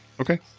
Okay